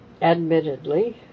Admittedly